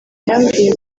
yambwiye